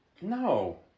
No